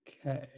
okay